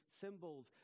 symbols